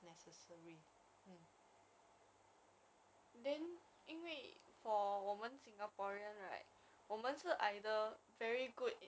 ah then she whatsapp me say uh oh no in the classdojo she message and say oh this my mobile number I want to speak to you about